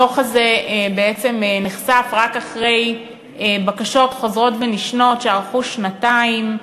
הדוח הזה בעצם נחשף רק אחרי בקשות חוזרות ונשנות שארכו שנתיים,